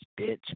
bitch